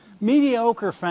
Mediocre